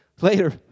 later